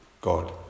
God